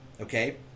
Okay